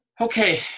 Okay